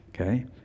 okay